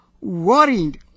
worried